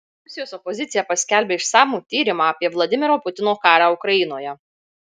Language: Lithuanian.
rusijos opozicija paskelbė išsamų tyrimą apie vladimiro putino karą ukrainoje